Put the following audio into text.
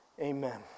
Amen